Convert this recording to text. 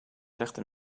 legde